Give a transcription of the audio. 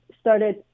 started